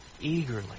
eagerly